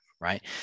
right